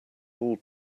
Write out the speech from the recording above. all